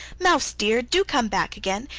mouse dear! do come back again,